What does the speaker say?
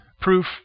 proof